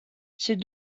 ces